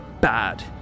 bad